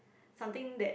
something that